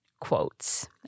quotes